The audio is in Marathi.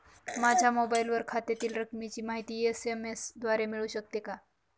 माझ्या मोबाईलवर खात्यातील रकमेची माहिती एस.एम.एस द्वारे मिळू शकते का?